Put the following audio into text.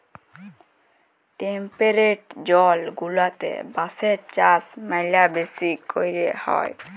temperate zone গুলাতে বাঁশের চাষ ম্যালা বেশি ক্যরে হ্যয়